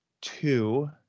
two